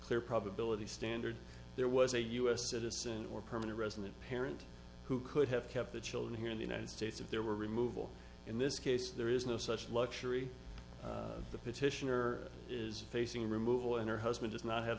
clear probability standard there was a us citizen or permanent resident parent who could have kept the children here in the united states if there were removal in this case there is no such luxury the petitioner is facing removal and her husband does not have